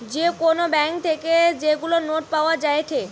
যে কোন ব্যাঙ্ক থেকে যেগুলা নোট পাওয়া যায়েটে